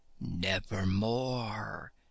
Nevermore